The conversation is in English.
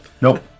Nope